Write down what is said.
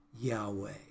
Yahweh